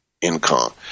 income